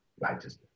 righteousness